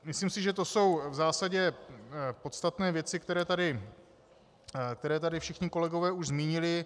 Myslím si, že to jsou v zásadě podstatné věci, které tady všichni kolegové už zmínili.